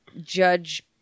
Judge